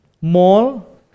mall